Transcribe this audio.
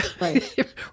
Right